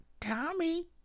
Tommy